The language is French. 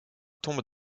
tombent